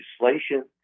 legislation